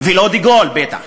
ולא דה-גול בטח.